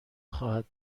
خواهد